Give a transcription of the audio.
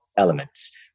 elements